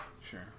Sure